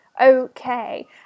okay